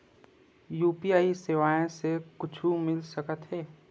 UPI सेवाएं से कुछु मिल सकत हे?